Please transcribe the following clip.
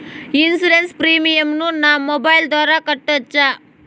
Insurance premium ను నా mobile ద్వారా కట్టొచ్చా?